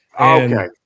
Okay